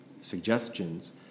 suggestions